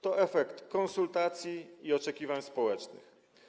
To efekt konsultacji i oczekiwań społecznych.